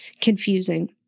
confusing